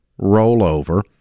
rollover